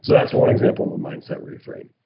so that's one example of a mindset refrain.